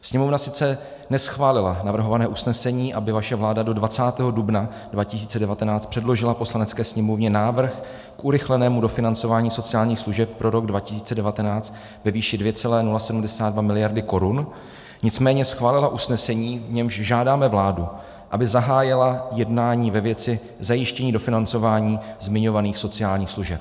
Sněmovna sice neschválila navrhované usnesení, aby vaše vláda do 20. dubna 2019 předložila Poslanecké sněmovně návrh k urychlenému dofinancování sociálních služeb pro rok 2019 ve výši 2,072 miliardy korun, nicméně schválila usnesení, v němž žádáme vládu, aby zahájila jednání ve věci zajištění dofinancování zmiňovaných sociálních služeb.